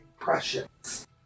impressions